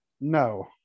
No